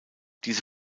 diese